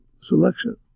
selection